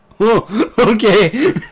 Okay